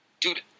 Dude